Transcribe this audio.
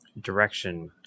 direction